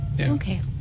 Okay